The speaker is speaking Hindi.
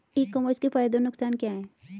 ई कॉमर्स के फायदे और नुकसान क्या हैं?